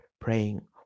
praying